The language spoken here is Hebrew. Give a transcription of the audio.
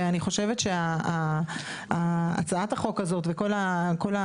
ואני חושבת שהצעת החוק הזאת וכל המגמה